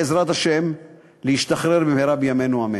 בעזרת השם, להשתחרר במהרה בימינו, אמן.